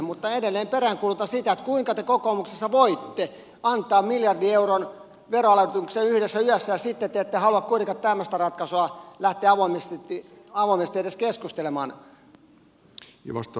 mutta edelleen peräänkuulutan sitä kuinka te kokoomuksessa voitte antaa miljardin euron veroalennuksen yhdessä yössä ja sitten te ette halua kuitenkaan tämmöisestä ratkaisusta lähteä avoimesti edes keskustelemaan